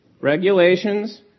regulations